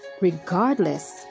regardless